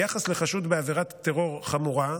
ביחס לחשוד בעבירת טרור חמורה,